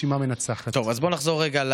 שייחשבו עבודה מועדפת.